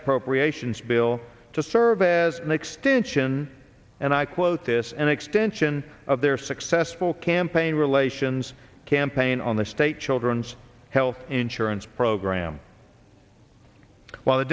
appropriations bill to serve as an extension and i quote this an extension of their successful campaign relations campaign on the state children's health insurance program while the